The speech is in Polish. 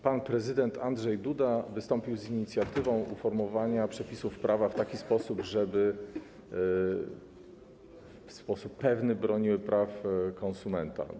Pan prezydent Andrzej Duda wystąpił z inicjatywą uformowania przepisów prawa w taki sposób, żeby w sposób pewny broniły one praw konsumenta.